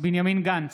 מירב בן ארי,